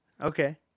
Okay